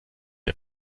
der